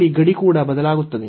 ಇಲ್ಲಿ ಗಡಿ ಕೂಡ ಬದಲಾಗುತ್ತದೆ